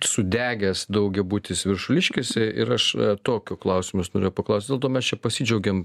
sudegęs daugiabutis viršuliškėse ir aš tokiu klausimus norėjau paklausti dėl to mes čia pasidžiaugėm